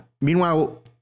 Meanwhile